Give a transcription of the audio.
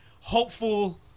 hopeful